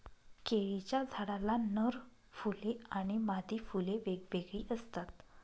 केळीच्या झाडाला नर फुले आणि मादी फुले वेगवेगळी असतात